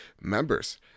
members